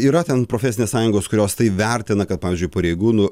yra ten profesinės sąjungos kurios tai vertina kad pavyzdžiui pareigūnų